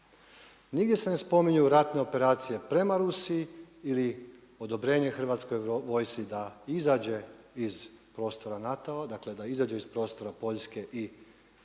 Nigdje se ne spominju ratne operacije prema Rusiji ili odobrenje Hrvatskoj vojsci da izađe iz prostora NATO-a, dakle da izađe iz prostora Poljske i Litve